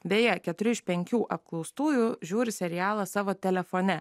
beje keturi iš penkių apklaustųjų žiūri serialą savo telefone